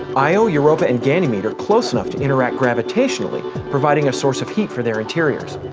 io, europa, and ganymede are close enough to interact gravitationally, providing a source of heat for their interiors.